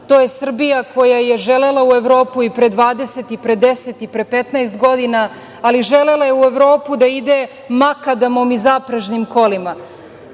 To je Srbija koja je želela u Evropu i pre 20 i pre 10 i pre 15 godina, ali želela je u Evropu da ide makadamom i zaprežnim kolima.